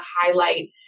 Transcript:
highlight